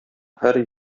һәр